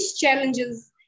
challenges